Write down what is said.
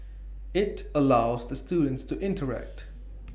IT allows the students to interact